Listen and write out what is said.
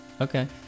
okay